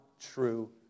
true